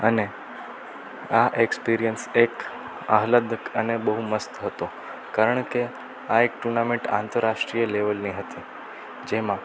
અને આ એક્સપિરિયન્સ એક આહલાદક અને બહુવ મસ્ત હતો કારણકે આ એક ટુર્નામેન્ટ આંતરરાષ્ટ્રીય લેવલની હતી જેમાં